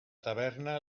taverna